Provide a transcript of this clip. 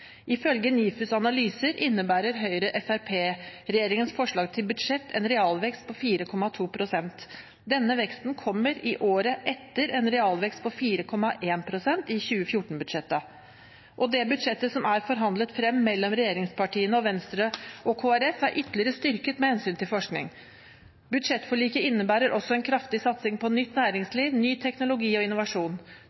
Ifølge NIFUs analyser innebærer Høyre–Frp-regjeringens forslag til budsjett en realvekst på 4,2 pst. Denne veksten kommer året etter en realvekst på 4,1 pst. i 2014-budsjettet. Det budsjettet som er forhandlet frem mellom regjeringspartiene og Venstre og Kristelig Folkeparti, er ytterligere styrket med hensyn til forskning. Budsjettforliket innebærer også en kraftig satsing på nytt